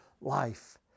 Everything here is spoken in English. life